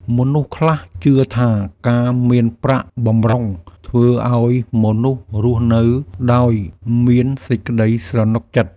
មនុស្សខ្លះជឿថា ការមានប្រាក់បម្រុងធ្វើឱ្យមនុស្សរស់នៅដោយមានសេចក្តីស្រណុកចិត្ត។